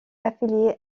affiliée